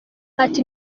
ati